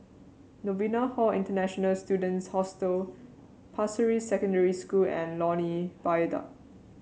Novena Hall International Students Hostel Pasir Ris Secondary School and Lornie Viaduct